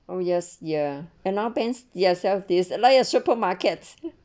oh yes ya and banks ya now sells this like a supermarkets